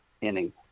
inning